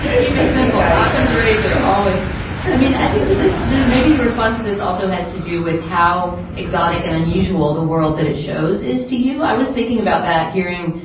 keep it simple. and ockham's razor, always i mean, i think that this this may be your response to this also has to do with how exotic and unusual the world that it shows is to you. i was thinking about that hearing,